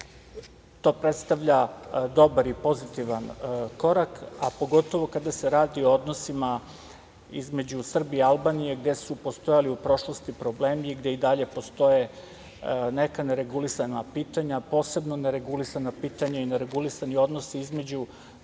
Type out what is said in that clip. to predstavlja dobar i pozitivan korak, a pogotovo kada se radi o odnosima između Srbije i Albanije gde su postojali u prošlosti problemi i gde i dalje postoje neka neregulisana pitanja. Posebno neregulisana pitanja i neregulisani odnosi između srpskog i albanskog